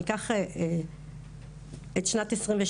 אני אקח את שנת 2022,